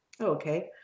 Okay